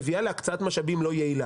מביאה להקצאת משאבים לא יעילה,